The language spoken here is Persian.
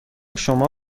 شما